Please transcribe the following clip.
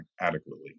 adequately